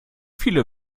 viele